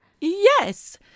Yes